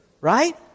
Right